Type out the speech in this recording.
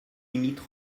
limites